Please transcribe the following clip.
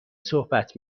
صحبت